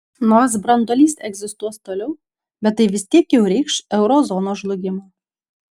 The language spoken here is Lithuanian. nors branduolys egzistuos toliau bet tai vis tiek jau reikš euro zonos žlugimą